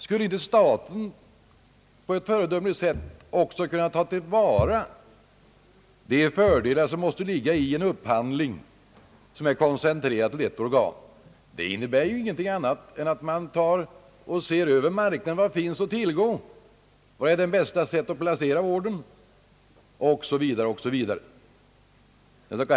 Skulle då inte också staten på ett föredömligt sätt kunna ta till vara de fördelar som en upphandling, koncentrerad till ett organ, måste innebära? Det betyder ju ingenting annat än att man ser över vad som finns att tillgå på marknaden, var det är bäst att placera ordern, osv.